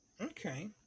okay